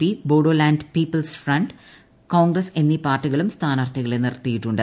P Bodoland people's front Congress എന്നീ പാർട്ടികളും സ്ഥാനാർത്ഥികളെ നിർത്തിയിട്ടുണ്ട്